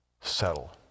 settle